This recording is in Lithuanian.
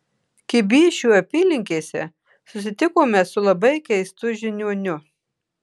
kibyšių apylinkėse susitikome su labai keistu žiniuoniu